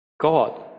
God